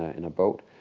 ah in a boat.